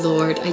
Lord